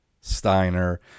Steiner